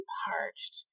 parched